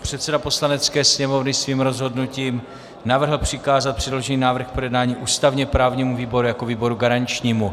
Předseda Poslanecké sněmovny svým rozhodnutím navrhl přikázat předložený návrh k projednání ústavněprávnímu výboru jako výboru garančnímu.